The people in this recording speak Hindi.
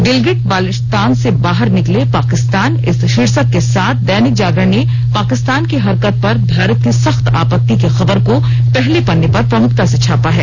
गिलगिट बाल्टिस्तान से बाह निकले पाकिस्तान इस शीर्षक के साथ दैनिक जागरण ने पाकिस्तान की हरकत पर भारत की सख्त आपत्ति की खबर को पहले पन्ने पर प्रमुखता से छापा है